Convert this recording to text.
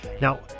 Now